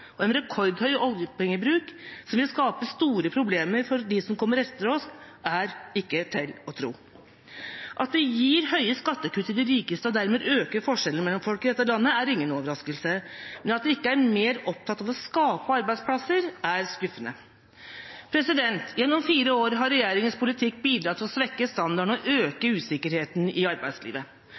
og en rekordhøy oljepengebruk, som vil skape store problemer for dem som kommer etter oss, er ikke til å tro. At de gir høye skattekutt til de rikeste og dermed øker forskjellene mellom folk i dette landet, er ingen overraskelse. Men at de ikke er mer opptatt av å skape arbeidsplasser, er skuffende. Gjennom fire år har regjeringas politikk bidradd til å svekke standarden og øke usikkerheten i arbeidslivet.